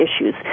issues